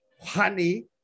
honey